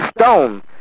stone